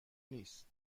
نیست